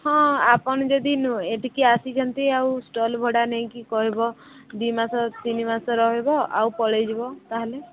ହଁ ଆପଣ ଯଦି ଏଠିକି ଆସିଛନ୍ତି ଆଉ ଷ୍ଟଲ୍ ଭଡ଼ା ନେଇକି କହିବ ଦୁଇ ମାସ ତିନ ମାସ ରହିବ ଆଉ ପଳେଇ ଯିବ ତା'ହେଲେ